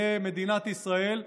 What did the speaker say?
למדינת ישראל.